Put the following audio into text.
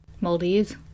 Maldives